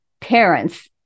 parents